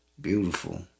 beautiful